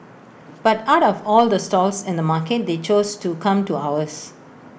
but out of all the stalls in the market they chose to come to ours